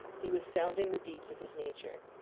he was sounding the deeps of his nature,